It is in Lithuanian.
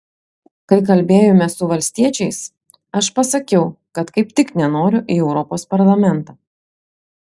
kai kalbėjome su valstiečiais aš pasakiau kad kaip tik nenoriu į europos parlamentą